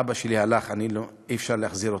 אבא שלי הלך, אי-אפשר להחזיר אותו,